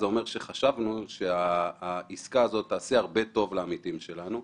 זה אומר שחשבנו שהעסקה הזאת תעשה טוב לעמיתים שלנו.